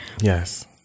Yes